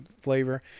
flavor